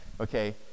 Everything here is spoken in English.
Okay